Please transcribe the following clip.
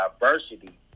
diversity